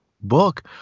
book